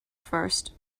first